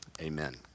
amen